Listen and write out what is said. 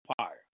Empire